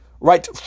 Right